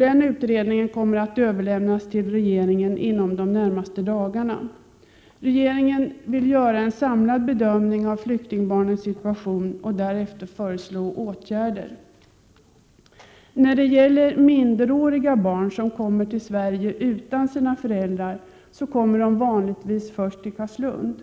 Den utredningen kommer att överlämnas till regeringen inom de närmaste dagarna. Regeringen vill göra en samlad bedömning av flyktingbarnens situation och därefter föreslå åtgärder. När det gäller minderåriga barn som kommer till Sverige utan sina föräldrar kommer de vanligtvis först till Carlslund.